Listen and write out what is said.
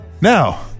Now